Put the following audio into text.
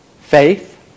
Faith